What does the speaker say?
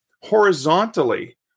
horizontally